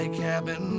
cabin